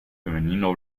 femenino